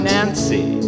Nancy